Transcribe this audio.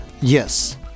Yes